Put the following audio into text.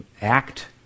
act